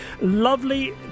Lovely